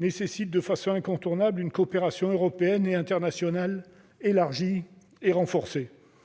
nécessite indiscutablement une coopération européenne et internationale élargie et renforcée,